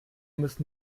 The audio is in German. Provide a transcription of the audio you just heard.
müssen